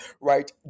Right